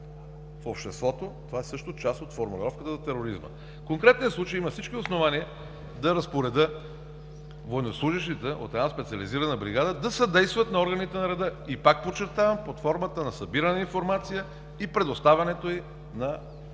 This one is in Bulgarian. в обществото“ – това е също част от формулировката за тероризма. В конкретния случай има всички основания да разпоредя военнослужещите от една специализирана бригада да съдействат на органите на реда – и пак подчертавам, под формата на събиране на информация и предоставянето й на органите